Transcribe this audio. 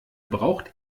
braucht